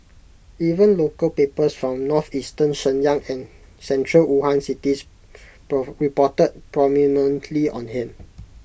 even local papers from northeastern Shenyang and central Wuhan cities reported prominently on him